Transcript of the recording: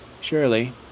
surely